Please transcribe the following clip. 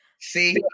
see